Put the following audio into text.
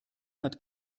hat